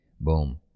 Boom